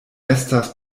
estas